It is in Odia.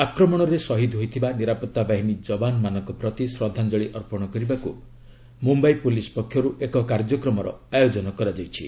ଆକ୍ରମଣରେ ଶହୀଦ୍ ହୋଇଥିବା ନିରାପତ୍ତା ବାହିନୀ ଯବାନମାନଙ୍କ ପ୍ରତି ଶ୍ରଦ୍ଧାଞ୍ଚଳି ଅର୍ପଣ କରିବାକ୍ ମ୍ରମ୍ୟାଇ ପ୍ରଲିସ୍ ପକ୍ଷର୍ ଏକ କାର୍ଯ୍ୟକ୍ରମର ଆୟୋଜନ କରାଯାଇଛି